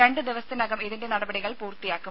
രണ്ട് ദിവസത്തിനകം ഇതിന്റെ നടപടികൾ പൂർത്തിയാക്കും